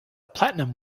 platinum